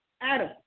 Adam